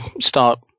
start